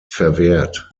verwehrt